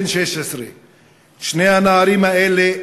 בן 16. שני הנערים האלה,